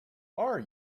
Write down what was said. are